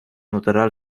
natural